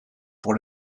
pour